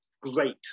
Great